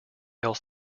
else